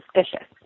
suspicious